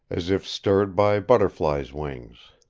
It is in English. as if stirred by butterflies' wings.